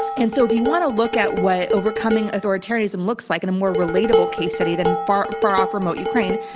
and so if you want to look at what overcoming authoritarianism looks like in a more relatable case study than far, far off, remote ukraine,